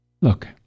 Look